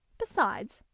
besides,